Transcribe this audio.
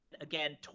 again